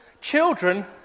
children